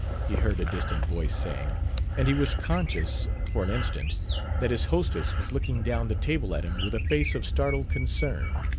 he heard a distant voice saying and he was conscious for an instant that his hostess was looking down the table at him with a face of startled concern.